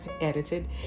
edited